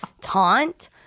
taunt